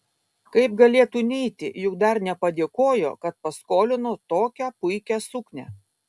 kaip galėtų neiti juk dar nepadėkojo kad paskolino tokią puikią suknią